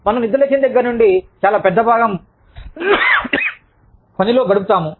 మనం నిద్రలేచిన దగ్గర నుండి చాలా పెద్ద భాగం పనిలో గడుపుతాము